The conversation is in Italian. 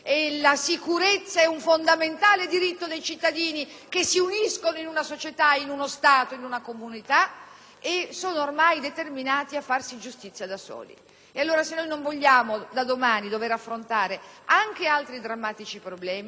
e sono ormai determinati a farsi giustizia da soli. Se non vogliamo da domani dover affrontare anche altri drammatici problemi, abbiamo l'obbligo, senza necessariamente rincorrere l'emotività suscitata dai *mass media*,